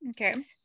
Okay